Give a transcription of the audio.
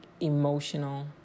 emotional